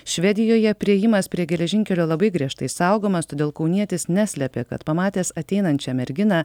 švedijoje priėjimas prie geležinkelio labai griežtai saugomas todėl kaunietis neslepia kad pamatęs ateinančią merginą